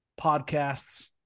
Podcasts